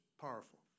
powerful